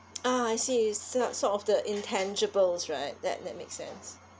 ah I see sort of sort of the intangibles right that that makes sense